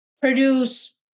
produce